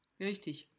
richtig